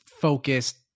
focused